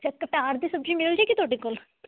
ਅੱਛਾ ਕਟਾਰ ਦੀ ਸਬਜ਼ੀ ਮਿਲ ਜਾਏਗੀ ਤੁਹਾਡੇ ਕੋਲ